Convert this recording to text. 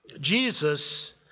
Jesus